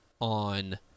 on